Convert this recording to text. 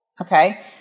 Okay